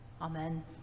Amen